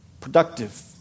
productive